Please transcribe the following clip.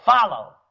follow